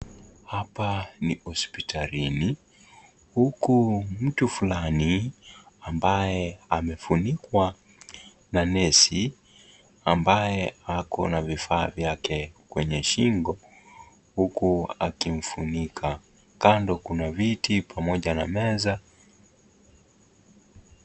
Hapa ni hospitalini huku mtu fulani ambaye amefunikwa na nesi ambaye akona vifaa vyake kwenye shingo huku akimfunika , kando kuna viti pamoja na meza.